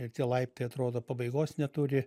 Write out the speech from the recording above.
ir tie laiptai atrodo pabaigos neturi